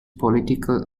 political